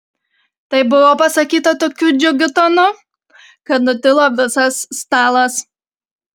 tai buvo pasakyta tokiu džiugiu tonu kad nutilo visas stalas